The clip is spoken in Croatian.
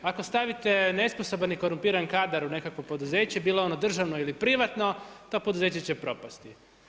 Ako stavite nesposoban i korumpiran kadar u nekakvo poduzeće bilo ono državno ili privatno, to poduzeće će propasti.